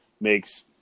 makes